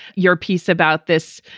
your piece about this,